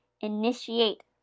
initiate